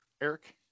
Eric